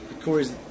Corey's